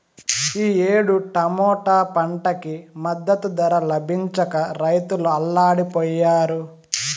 ఈ ఏడు టమాటా పంటకి మద్దతు ధర లభించక రైతులు అల్లాడిపొయ్యారు